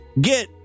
get